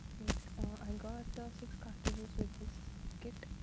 i got six cartridges with this kit